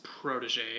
protege